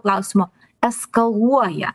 klausimo eskaluoja